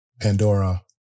Pandora